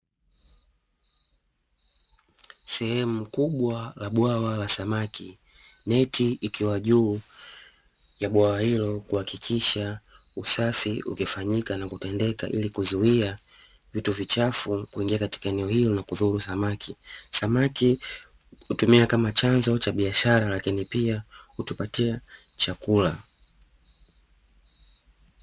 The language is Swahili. Sehemu kubwa la bwawa la samaki, neti ikiwa juu ya bwawa hili kuakikisha usafi ukifanyika na kutendeka ili kuziia vitu vichafu kuingia katika eneo hilo na kuzuru samaki, samaki hutumia kama chanzo cha biashara lakini pia hutupatia chakura.